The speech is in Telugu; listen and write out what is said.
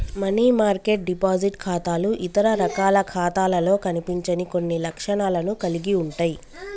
మనీ మార్కెట్ డిపాజిట్ ఖాతాలు ఇతర రకాల ఖాతాలలో కనిపించని కొన్ని లక్షణాలను కలిగి ఉంటయ్